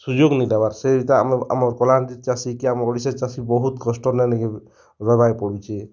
ସୁଯୋଗ୍ ନି ଦେବାର୍ ସେଟା ଆମର୍ କଲାହାଣ୍ଡିର୍ ଚାଷୀ କି ଆମର୍ ଓଡ଼ିଶା ଚାଷୀ ବହୁତ୍ କଷ୍ଟନେ ନି'କେଁ ରହେବାର୍କେ ପଡ଼ୁଛେ